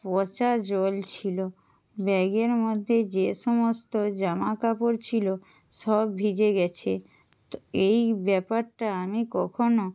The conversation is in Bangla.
পচা জল ছিল ব্যাগের মধ্যে যে সমস্ত জামাকাপড় ছিল সব ভিজে গেছে তো এই ব্যাপারটা আমি কখনও